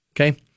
Okay